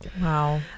Wow